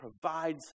provides